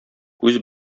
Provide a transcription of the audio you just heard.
күз